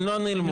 הם לא נעלמו,